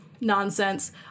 nonsense